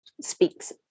speaks